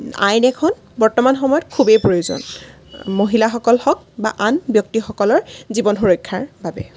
আইন এখন বৰ্তমান সময়ত খুবেই প্ৰয়োজন মহিলাসকল হওক বা আন ব্যক্তিসকলৰ জীৱন সুৰক্ষাৰ বাবে